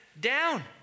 down